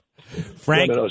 Frank